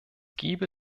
gäbe